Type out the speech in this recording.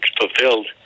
fulfilled